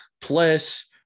Plus